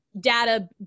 data